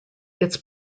its